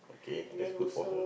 okay that's good for her